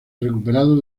recuperado